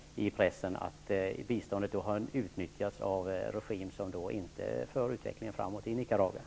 Det har stått att biståndet har utnyttjats av en regim som inte för utvecklingen i Nicaragua framåt.